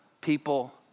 People